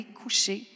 couché